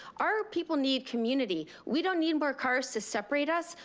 our people need community, we don't need more cars to separate us,